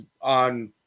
on